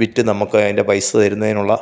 വിറ്റ് നമുക്കതിൻ്റെ പൈസ തരുന്നതിനുള്ള